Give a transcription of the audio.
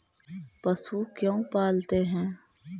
पशु क्यों पालते हैं?